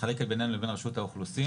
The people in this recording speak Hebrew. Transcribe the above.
מתחלקים בינינו לבין רשות האוכלוסין.